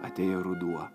atėjo ruduo